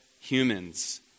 humans